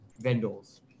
vendors